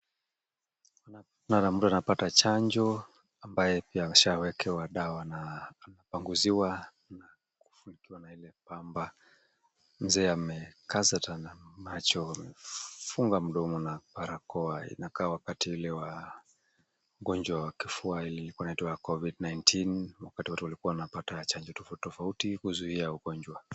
Naona mtu anapata chanjo ambaye pia ashawekewa dawa na kupanguziwa na pamba. Mzee amekaza sana macho, amefunga mdomo na barakoa, inakaa wakati ule wa ugonjwa wa kifua ilikuwa inaitwa Covid-19 . Watu walikuwa wanapata chanjo tofauti tofauti kuzuia ugonjwa huu.